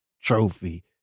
trophy